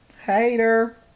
Hater